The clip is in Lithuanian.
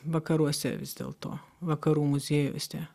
vakaruose vis dėlto vakarų muziejuose